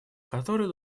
который